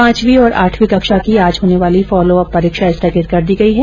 पांचवी और आठवी कक्षा की आज होने वाली फोलोअप परीक्षा स्थगित कर दी गई है